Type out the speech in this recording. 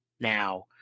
now